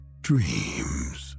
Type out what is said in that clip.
dreams